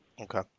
Okay